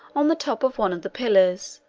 on the top of one of the pillars,